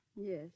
Yes